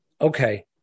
okay